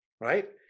Right